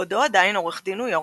בעודו עדיין עורך דין ניו-יורקי,